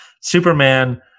Superman